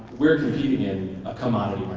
we're competing in a commodity